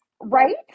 right